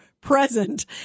present